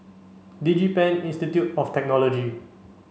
DigiPen Institute of Technology